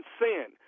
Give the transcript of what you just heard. sin